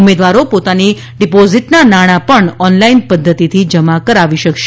ઉમેદવારો પોતાની ડિપોઝીટના નાણાં પણ ઓનલાઇન પધ્ધતિથી જમા કરાવી શકશે